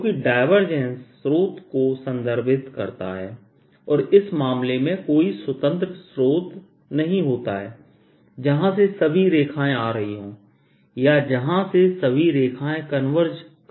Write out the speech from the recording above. क्योंकि डायवर्जेंस स्रोत को संदर्भित करता है और इस मामले में कोई स्वतंत्र स्रोत नहीं होता है जहां से सभी रेखाएं आ रही हैं या जहाँ से सभी रेखाएँ कन्वर्स कर रही हो